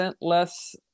less